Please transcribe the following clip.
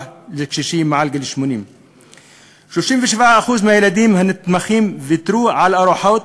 לקשישים מעל גיל 80. 37% מהילדים הנתמכים ויתרו על ארוחות